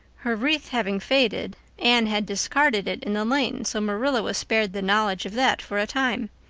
her wreath having faded, anne had discarded it in the lane, so marilla was spared the knowledge of that for a time.